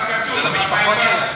זה למשפחות שלהם.